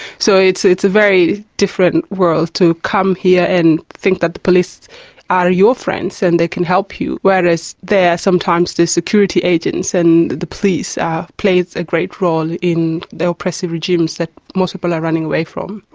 so it's it's a very different world to come here and think that the police are your friends and they can help you, whereas there sometimes the security agents and the police plays a great role in the repressive regimes that most people are running away from.